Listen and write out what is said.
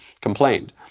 complained